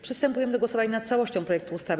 Przystępujemy do głosowania nad całością projektu ustawy.